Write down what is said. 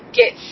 get